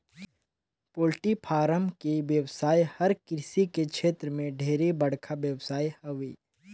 poultry farm के बेवसाय हर कृषि के छेत्र में ढेरे बड़खा बेवसाय हवे